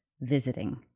visiting